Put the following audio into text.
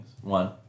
One